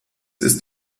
ist